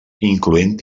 incloent